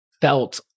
felt